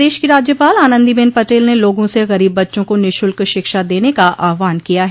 प्रदेश की राज्यपाल आनन्दीबेन पटेल ने लोगों से गरीब बच्चों को निःशुल्क शिक्षा देने का आहवान किया है